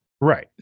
Right